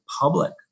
public